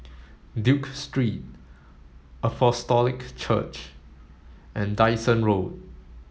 Duke Street Apostolic Church and Dyson Road